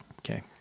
Okay